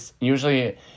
usually